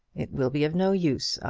it will be of no use,